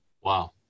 wow